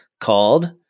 called